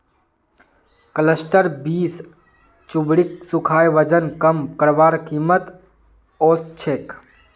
cluster beans चर्बीक सुखाए वजन कम करवार कामत ओसछेक